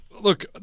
Look